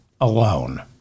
alone